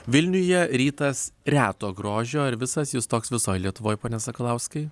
vilniuje rytas reto grožio ar visas jis toks visoj lietuvoj pone sakalauskai